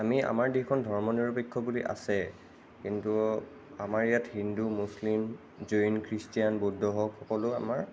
আমি আমাৰ দেশখন ধৰ্ম নিৰপেক্ষ বুলি আছে কিন্তু আমাৰ ইয়াত হিন্দু মুছলিম জৈন খ্ৰীষ্টান বুদ্ধ হওক সকলো আমাৰ